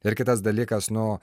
ir kitas dalykas nu